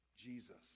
Jesus